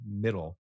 middle